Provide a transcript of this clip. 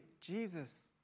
Jesus